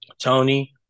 tony